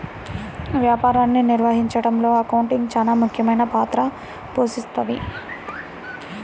వ్యాపారాన్ని నిర్వహించడంలో అకౌంటింగ్ చానా ముఖ్యమైన పాత్ర పోషిస్తది